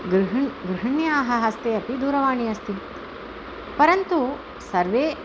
गृहिण्याः गृहिण्याः हस्ते अपि दूरवाणी अस्ति परन्तु सर्वे